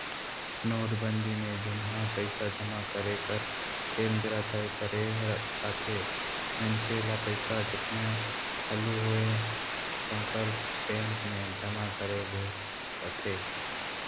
नोटबंदी में जुनहा पइसा जमा करे कर जेन बेरा तय करे जाथे मइनसे ल पइसा जेतना हालु होए सकर बेंक में जमा करे ले रहथे